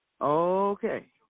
Okay